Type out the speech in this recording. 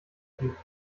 fliegt